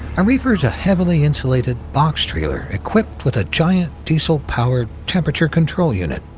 a reefer is a heavily insulated box trailer equipped with a giant diesel-powered temperature control unit.